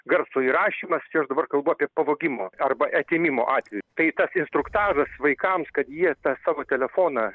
garso įrašymas čia aš dabar kalbu pavogimo arba atėmimo atvejus tai instruktažas vaikams kad jie tą savo telefoną